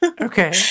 okay